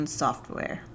software